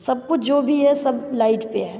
सब कुछ जो भी है सब लाइट पर है